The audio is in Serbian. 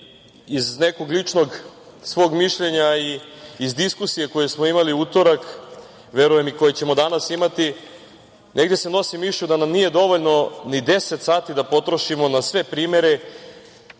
nekog ličnog svog mišljenja i iz diskusije koju smo imali u utorak, verujem i koje ćemo danas imati, negde se nosim mišlju da nam nije dovoljno ni 10 sati da potrošimo na sve primere